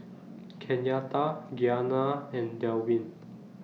Kenyatta Gianna and Delwin